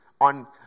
on